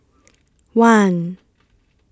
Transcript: one